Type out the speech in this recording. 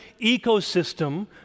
ecosystem